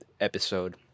episode